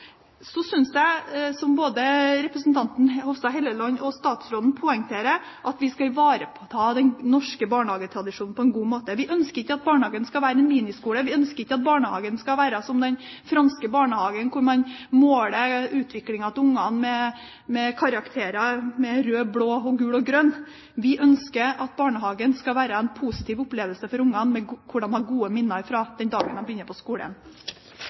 Som både representanten Hofstad Helleland og statsråden poengterer, synes også jeg at vi skal ivareta den norske barnehagetradisjonen på en god måte. Vi ønsker ikke at barnehagen skal være en miniskole. Vi ønsker ikke at barnehagen skal være som den franske barnehagen, hvor man måler utviklingen til barna med karakterer – med rød, blå, gul og grønn. Vi ønsker at barnehagen skal være en positiv opplevelse for barna, som de den dagen de begynner på skolen, har gode minner